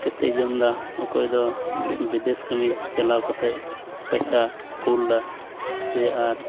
ᱠᱟᱛᱮᱫ ᱡᱚᱢᱫᱟ ᱚᱠᱚᱭ ᱫᱚ ᱵᱤᱫᱮᱹᱥ ᱠᱟᱹᱢᱤ ᱪᱟᱞᱟᱣ ᱠᱟᱛᱮᱫ ᱯᱚᱭᱥᱟ ᱠᱩᱞᱫᱟ ᱥᱮ ᱟᱨ